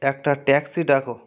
একটা ট্যাক্সি ডাকো